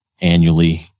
annually